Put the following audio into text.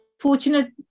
fortunate